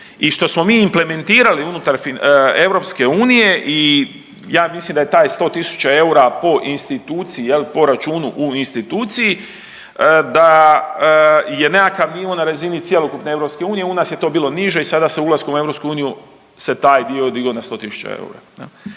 i što smo mi implementirali unutar EU i ja mislim da je taj 100 tisuća eura po instituciji jel, po računu u instituciji da je nekakav nivo na razini cjelokupne EU, u nas je to bilo niže i sada se ulaskom u EU se taj dio digao na 100 tisuća